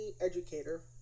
educator